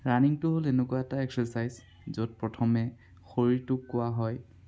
ৰানিঙটো হ'ল এনেকুৱা এটা একচাৰচাইজ য'ত প্ৰথমে শৰীৰটোক কোৱা হয়